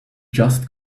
just